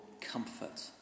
comfort